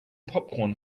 popcorn